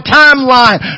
timeline